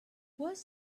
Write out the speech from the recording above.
was